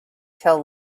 till